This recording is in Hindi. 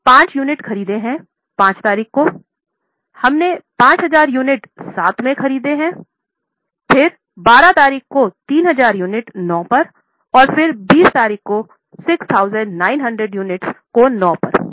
हमने 5 यूनिट खरीदे हैं 5 तारीख को हमने 5000 यूनिट 7 में खरीदी हैं फिर 12 तारीख को 3000 यूनिट 9 पर और फिर 20 तारीख को 6900 यूनिट को 9 पर